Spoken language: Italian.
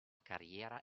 carriera